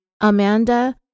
Amanda